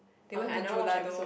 they went to Jeolla-do